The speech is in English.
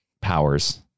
powers